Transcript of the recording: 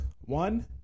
one